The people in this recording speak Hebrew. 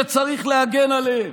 שצריך להגן עליהן,